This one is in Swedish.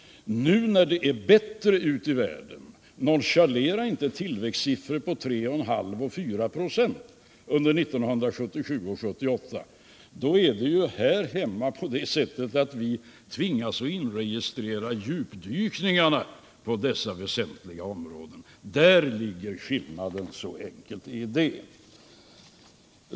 Nu när det är bättre ute i världen — nonchalera inte tillväxtsiffror på 3,5 och 4 96 under 1977 och 1978, den senare siffran prognossiffra — då tvingas vi här hemma inregistrera djupdykningar på dessa väsentliga områden. Där ligger skillnaden, så enkelt är det.